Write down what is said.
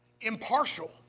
impartial